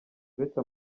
uretse